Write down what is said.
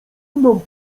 mną